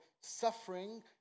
suffering